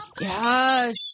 Yes